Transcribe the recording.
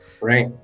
right